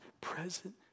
present